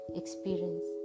experience